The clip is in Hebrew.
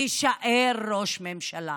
עדיין מתעקש להישאר ראש ממשלה.